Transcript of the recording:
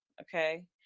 Okay